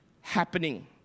happening